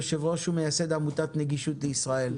יושב-ראש ומייסד עמותת נגישות ישראל,